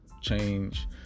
change